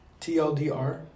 TLDR